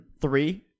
three